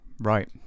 Right